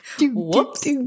Whoops